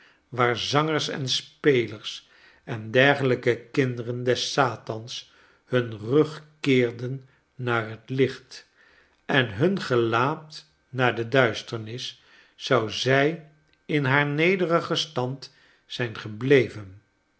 waar zangers en spelers en dergelijke kinderen des satans hun rug keerden naar het licht en hun gelaat naar de duisternis zou zij in haar nederigen stand zijn gebleven